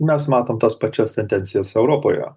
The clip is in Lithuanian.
mes matom tas pačias tendencijas europoje